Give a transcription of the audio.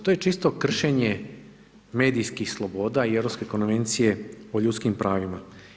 To je čisto kršenje medijskih sloboda i Europske konvencije o ljudskim pravima.